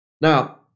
Now